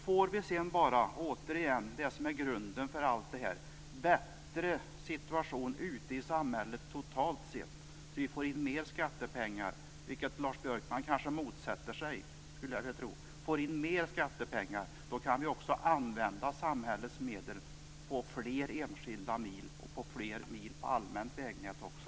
Får vi sedan bara - det är återigen det som är grunden för allt det här - en bättre situation i samhället totalt sett, så att vi får in mer skattepengar, något som jag skulle tro att Lars Björkman motsätter sig, då kan vi använda samhällets medel till fler enskilda mil - och till fler mil på allmänt vägnät också.